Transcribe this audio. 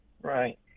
Right